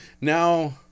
Now